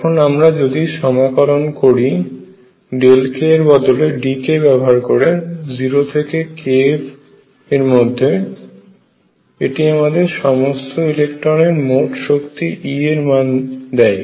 এখন আমরা যদি সমাকলন করি Δk এর বদলে dk ব্যাবহার করে 0 থেকে kF এর মধ্যে এটি আমাদের সমস্ত ইলেকট্রনের মোট শক্তি E এর মান দেয়